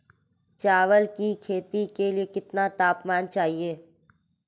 चावल की खेती के लिए कितना तापमान चाहिए?